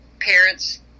parents